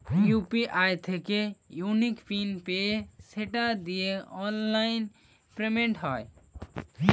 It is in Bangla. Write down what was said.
ইউ.পি.আই থিকে ইউনিক পিন পেয়ে সেটা দিয়ে অনলাইন পেমেন্ট হয়